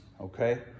Okay